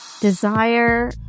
Desire